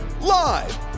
Live